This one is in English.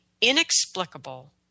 inexplicable